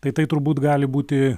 tai tai turbūt gali būti